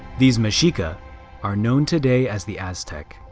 these mexica are known today as the aztec.